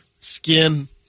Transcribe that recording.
skin